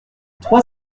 trois